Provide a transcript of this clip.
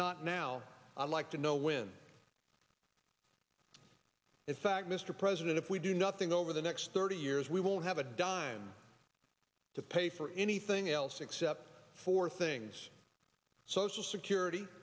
not now i'd like to know when in fact mr president if we do nothing over the next thirty years we won't have a dime to pay for anything else except four things social security